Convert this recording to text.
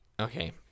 okay